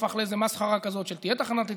הפך לאיזו מסחרה כזאת של תהיה תחנת יציאה,